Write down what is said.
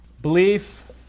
belief